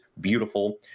beautiful